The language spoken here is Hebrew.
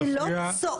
אני שואלת אותה שאלה.